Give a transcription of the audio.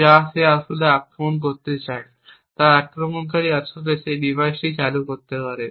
যা সে আসলে আক্রমণ করতে চায় তাই আক্রমণকারী আসলে এই ডিভাইসটি চালু করতে পারে